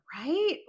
Right